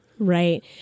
Right